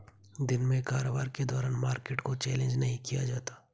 दिन में कारोबार के दौरान मार्केट को चैलेंज नहीं किया जाता